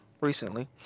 recently